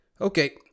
Okay